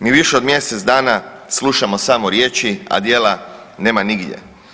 Mi više od mjesec dana slušamo samo riječi, a dijela nema nigdje.